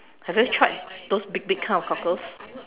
have you tried those big big kind of cockles